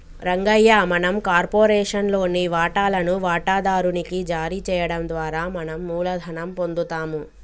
రంగయ్య మనం కార్పొరేషన్ లోని వాటాలను వాటాదారు నికి జారీ చేయడం ద్వారా మనం మూలధనం పొందుతాము